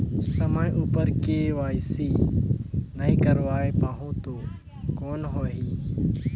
समय उपर के.वाई.सी नइ करवाय पाहुं तो कौन होही?